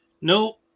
No